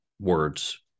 words